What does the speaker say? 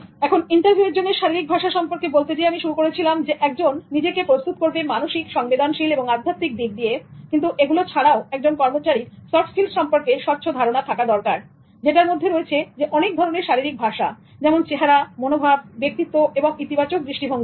এখন ইন্টারভিউয়ের জন্য শারীরিক ভাষা সম্পর্কে বলতে যেয়ে আমি শুরু করেছিলাম যে একজন নিজেকে প্রস্তুত করবে মানসিক সংবেদনশীল এবং আধ্যাত্মিক দিক দিয়ে কিন্তু এগুলো ছাড়াও একজন কর্মচারীর সফট্ স্কিলস্ সম্পর্কে স্বচ্ছ ধারণা থাকা দরকার যেটার মধ্যে রয়েছে অনেক ধরনের শারীরিক ভাষা যেমন চেহারা মনোভাব ব্যক্তিত্ব এবং ইতিবাচক দৃষ্টিভঙ্গি